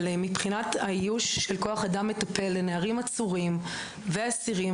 אבל מבחינת האיוש של כוח אדם מטפל לנערים עצורים ואסירים,